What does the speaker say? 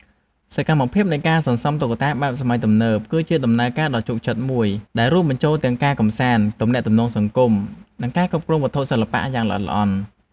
សកម្មភាពនៃការសន្សំតុក្កតាបែបសម័យទំនើប គឺជាដំណើរការដ៏ជក់ចិត្តមួយដែលរួមបញ្ចូលទាំងការកម្សាន្ត ទំនាក់ទំនងសង្គម និងការគ្រប់គ្រងវត្ថុសិល្បៈយ៉ាងល្អិតល្អន់។